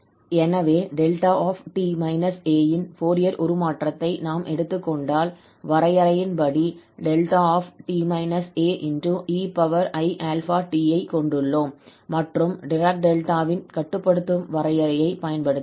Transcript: எனவே 𝛿𝑡 − 𝑎 இன் ஃபோரியர் உருமாற்றத்தை நாம் எடுத்துக் கொண்டால் வரையறையின்படி 𝛿𝑡 − 𝑎𝑒𝑖𝛼𝑡 ஐ கொண்டுள்ளோம் மற்றும் டிராக் டெல்டா ன் கட்டுப்படுத்தும் வரையறையைப் பயன்படுத்தினோம்